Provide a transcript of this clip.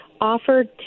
offered